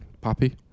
Poppy